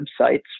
websites